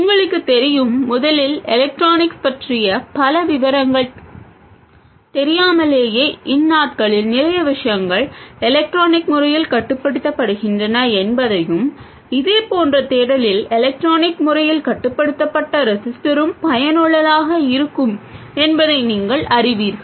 உங்களுக்குத் தெரியும் முதலில் எலக்ட்ரானிக்ஸ் பற்றிய பல விவரங்கள் தெரியாமலேயே இந்த நாட்களில் நிறைய விஷயங்கள் எலக்ட்ரானிக் முறையில் கட்டுப்படுத்தப்படுகின்றன என்பதையும் இதேபோன்ற தேடலில் எலக்ட்ரானிக் முறையில் கட்டுப்படுத்தப்பட்ட ரெஸிஸ்டரும் பயனுள்ளதாக இருக்கும் என்பதையும் நீங்கள் அறிவீர்கள்